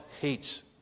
hates